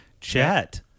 Chet